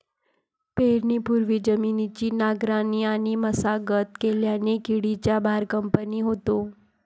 पेरणीपूर्वी जमिनीची नांगरणी आणि मशागत केल्याने किडीचा भार कमी होतो